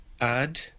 add